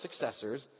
successors